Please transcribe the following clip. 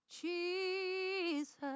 Jesus